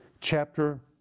chapter